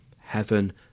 heaven